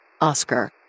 Oscar